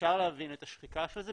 אפשר להבין את השחיקה של זה,